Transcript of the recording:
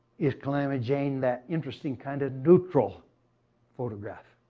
is calamity jane that interesting, kind of neutral photograph?